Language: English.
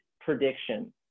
prediction